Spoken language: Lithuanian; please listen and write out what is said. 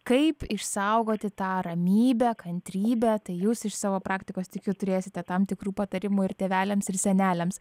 kaip išsaugoti tą ramybę kantrybę tai jūs iš savo praktikos tikiu turėsite tam tikrų patarimų ir tėveliams ir seneliams